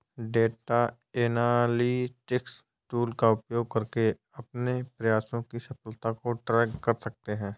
data analytics tool का उपयोग करके अपने प्रयासों की सफलता को ट्रैक कर सकते है